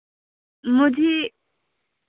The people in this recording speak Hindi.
मुझे